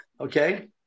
Okay